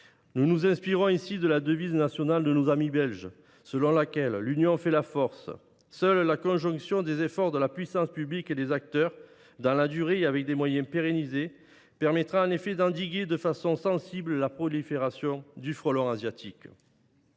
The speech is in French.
Nous nous inspirons ici de la devise nationale de nos amis belges, selon laquelle « l’union fait la force ». Seule la conjonction des efforts de la puissance publique et des acteurs, dans la durée, avec des moyens pérennes, permettra en effet d’endiguer de façon sensible la prolifération du frelon asiatique.